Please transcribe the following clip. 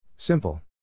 Simple